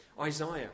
Isaiah